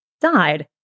died